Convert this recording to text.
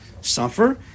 suffer